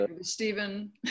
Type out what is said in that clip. Stephen